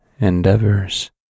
endeavors